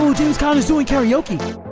james conner is doing karaoke!